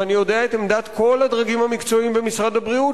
ואני יודע את עמדת כל הדרגים המקצועיים במשרד הבריאות,